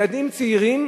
ילדים צעירים,